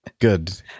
Good